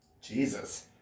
Jesus